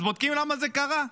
אז בודקים למה זה קרה,